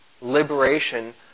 liberation